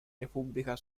repubblica